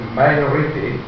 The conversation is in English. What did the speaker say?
minority